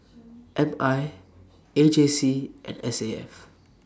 M I A J C and S A F